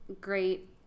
great